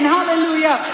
Hallelujah